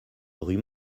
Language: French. rue